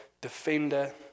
defender